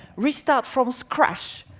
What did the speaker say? restart from scratch.